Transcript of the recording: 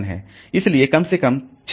इसलिए कम से कम 6 पेजो की आवश्यकता है